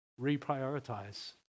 reprioritize